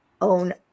own